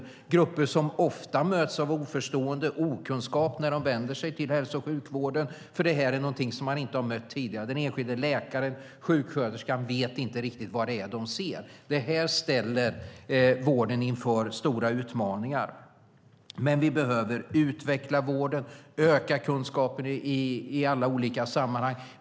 Det är grupper som ofta möts av oförstående och okunskap när de vänder sig till hälso och sjukvården, då detta är någonting man inte har mött tidigare - den enskilda läkaren eller sjuksköterskan vet inte riktigt vad det är de ser. Detta ställer vården inför stora utmaningar. Vi behöver utveckla vården och öka kunskapen i alla olika sammanhang.